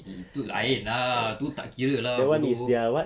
itu lain lah itu tak kira lah bodoh